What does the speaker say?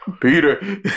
Peter